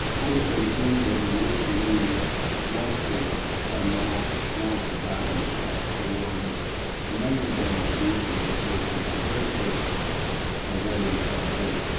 i was at a dinner of the national women's law center for some now long-forgotten award. but the main event of the evening was that it was the very first awarding of the